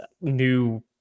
new